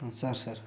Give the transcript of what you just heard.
ହଁ sir sir